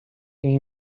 egin